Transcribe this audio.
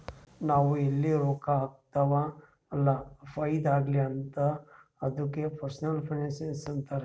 ನಾವ್ ಎಲ್ಲಿ ರೊಕ್ಕಾ ಹಾಕ್ತಿವ್ ಅಲ್ಲ ಫೈದಾ ಆಗ್ಲಿ ಅಂತ್ ಅದ್ದುಕ ಪರ್ಸನಲ್ ಫೈನಾನ್ಸ್ ಅಂತಾರ್